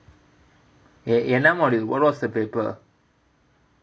ya what's the paper